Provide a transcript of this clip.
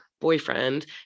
boyfriend